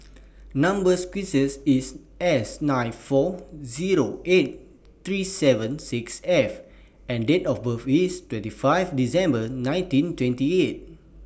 Number sequence IS S nine four Zero eight three seven six F and Date of birth IS twenty five December nineteen twenty eight